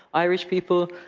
irish people,